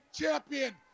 champion